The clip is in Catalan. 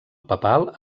papal